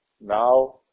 Now